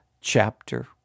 chapter